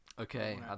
Okay